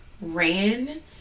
ran